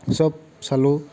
চব চালোঁ